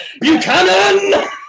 Buchanan